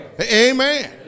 Amen